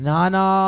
Nana